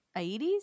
Aedes